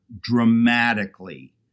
dramatically